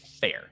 Fair